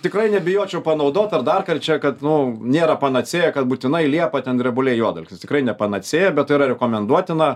tikrai nebijočiau panaudot ar dar kart čia kad nu nėra panacėja kad būtinai liepa drebulė juodalksnis tikrai ne panacėja bet yra rekomenduotina